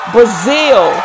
Brazil